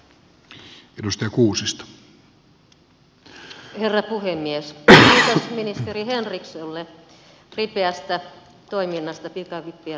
kiitos ministeri henrikssonille ripeästä toiminnasta pikavippien rajoittamiseksi